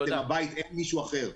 אין מישהו אחר.